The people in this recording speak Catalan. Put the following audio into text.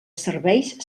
serveis